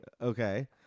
Okay